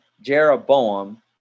Jeroboam